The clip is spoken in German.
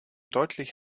deutlich